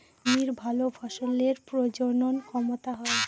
জমির ভালো ফসলের প্রজনন ক্ষমতা হয়